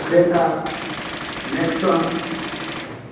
Creta Nexon